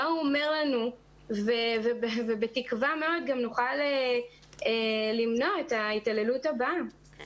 מה הוא אומר לנו ובתקווה גם נוכל למנוע את ההתעללות הבאה.